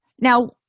now